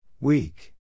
Weak